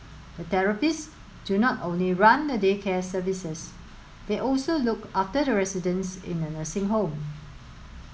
the therapists do not only run the day care services they also look after the residents in the nursing home